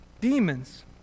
demons